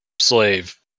slave